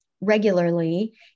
regularly